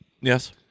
Yes